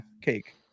cake